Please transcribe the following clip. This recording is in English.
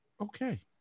Okay